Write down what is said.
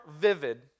vivid